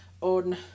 on